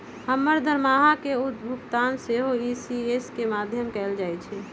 हमर दरमाहा के भुगतान सेहो इ.सी.एस के माध्यमें से कएल जाइ छइ